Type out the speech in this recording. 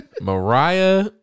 Mariah